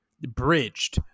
bridged